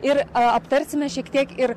ir aptarsim šiek tiek ir